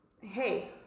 Hey